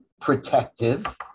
protective